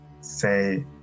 say